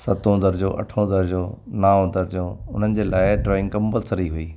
सतों दरिजो अठों दरिजो नाओं दरिजो उन्हनि जे लाइ ड्रॉईंग कम्पलसिरी हुई